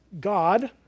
God